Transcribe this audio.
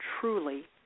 truly